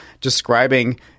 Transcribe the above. describing